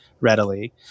readily